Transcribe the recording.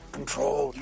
Control